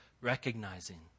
recognizing